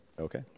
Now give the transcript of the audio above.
okay